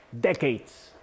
decades